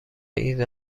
ایده